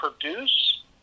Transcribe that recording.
produce